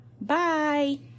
Bye